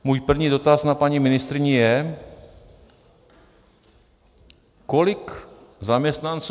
Můj první dotaz na paní ministryni je, kolik zaměstnanců